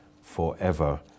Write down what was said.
forever